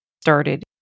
started